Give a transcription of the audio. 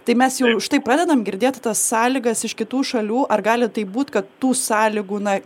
tai mes jau štai pradedam girdėti tas sąlygas iš kitų šalių ar gali taip būti kad tų sąlygų na